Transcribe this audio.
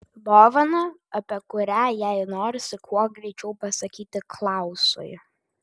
dovaną apie kurią jai norisi kuo greičiau pasakyti klausui